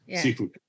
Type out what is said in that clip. seafood